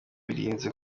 nirinze